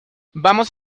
vamos